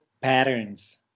patterns